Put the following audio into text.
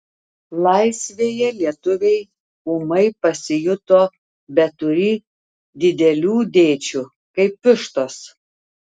laisvėje lietuviai ūmai pasijuto beturį didelių dėčių kaip vištos